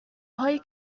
های